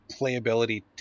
playability